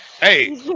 Hey